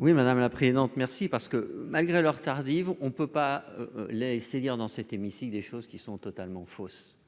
Oui, madame la présidente merci parce que, malgré l'heure tardive, on peut pas laisser dire dans cet hémicycle des choses qui sont totalement fausses.